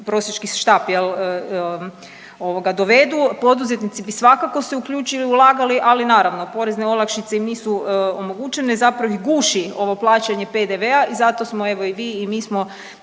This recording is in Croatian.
prosjački štap dovedu, poduzetnici bi svakako se uključili i ulagali, ali naravno porezne olakšice im nisu omogućene zapravo ih guši ovo plaćanje PDV-a. I zato smo evo i vi i mi smo